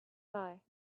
die